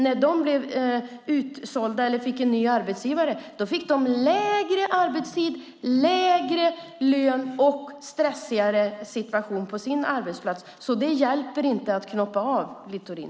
När de fick en ny arbetsgivare fick de kortare arbetstid, lägre lön och en stressigare situation på sin arbetsplats. Så det hjälper inte att knoppa av, Littorin.